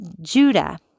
Judah